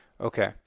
Okay